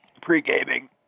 pre-gaming